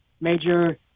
major